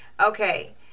okay